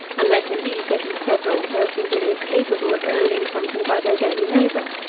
unless indeed there be several persons in it capable of earning something by their daily labour.